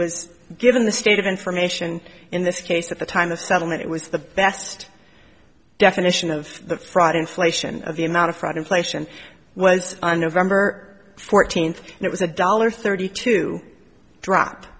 was given the state of information in this case at the time of settlement it was the best definition of the fraud inflation of the amount of fraud inflation was on november fourteenth and it was a dollar thirty to drop